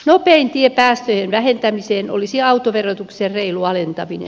nopein tie päästöjen vähentämiseen olisi autoverotuksen reilu alentaminen